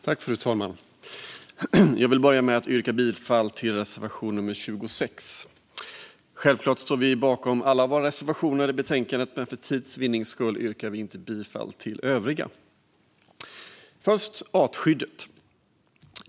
Fru talman! Jag vill börja med att yrka bifall till reservation nummer 26. Självklart står vi bakom alla våra reservationer i betänkandet, men för tids vinnande yrkar vi inte bifall till övriga. Först vill jag tala om artskyddet.